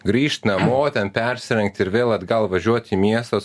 grįžt namo ten persirengt ir vėl atgal važiuot į miestas